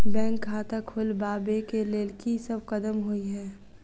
Bank खाता खोलबाबै केँ लेल की सब कदम होइ हय?